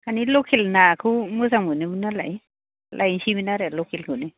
मानि लकेल नाखौ मोजां मोनोमोन नालाय लायसैमोन आरो लकेलखौनो